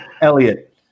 Elliot